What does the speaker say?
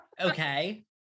Okay